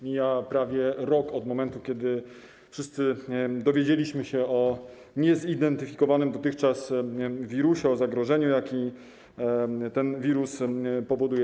Mija prawie rok od momentu, kiedy wszyscy dowiedzieliśmy się o niezidentyfikowanym dotychczas wirusie, o zagrożeniu, jakie ten wirus powoduje.